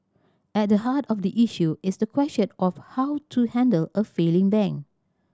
at the heart of the issue is the question of how to handle a failing bank